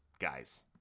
guys